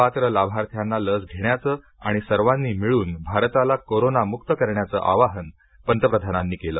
पात्र लाभार्थ्यांना लस घेण्याचं आणि सर्वांनी मिळून भारताला कोरोनामुक्त करण्याचं आवाहन पंतप्रधानांनी केलं